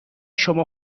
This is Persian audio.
شما